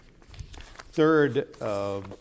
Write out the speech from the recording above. third